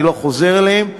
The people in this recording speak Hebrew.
אני לא חוזר עליהם,